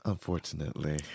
Unfortunately